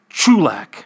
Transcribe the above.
Chulak